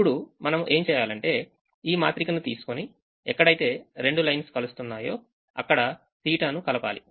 ఇప్పుడు మనము ఏంచేయాలంటే ఈమాత్రికను తీసుకుని ఎక్కడ అయితేరెండు linesకలుస్తున్నాయో అక్కడ తీట θ నుకలపాలి